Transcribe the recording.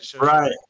Right